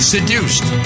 Seduced